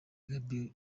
gaby